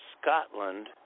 Scotland